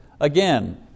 Again